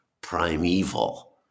primeval